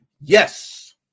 Yes